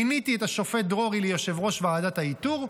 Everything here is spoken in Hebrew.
מיניתי את השופט דרורי ליושב-ראש ועדת האיתור,